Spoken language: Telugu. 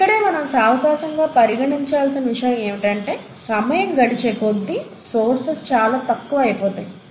ఇక్కడే మనం సావకాశంగా పరిగణించాల్సిన విషయం ఏమిటంటే సమయం గడిచే కొద్దీ సోర్సెస్ చాలా తక్కువ అయిపోతాయి